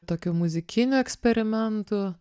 tokiu muzikiniu eksperimentu